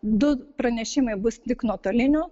du pranešimai bus tik nuotoliniu